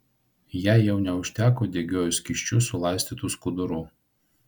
jai jau neužteko degiuoju skysčiu sulaistytų skudurų